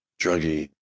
druggy